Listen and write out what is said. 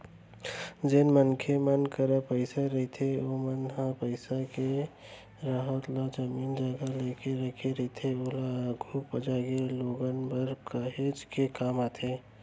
जेन मनखे मन करा पइसा रहिथे ओमन ह पइसा के राहब म जमीन जघा लेके रखे रहिथे ओहा आघु जागे लोगन बर काहेच के काम आथे